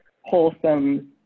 wholesome